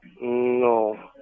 no